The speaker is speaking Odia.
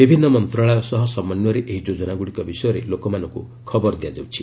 ବିଭିନ୍ନ ମନ୍ତ୍ରଣାଳୟ ସହ ସମନ୍ୱୟରେ ଏହି ଯୋଜନାଗୁଡ଼ିକ ବିଷୟରେ ଲୋକମାନଙ୍କୁ ଖବର ଦିଆଯାଉଛି